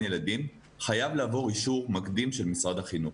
ילדים חייב לעבור אישור מקדים של משרד החינוך,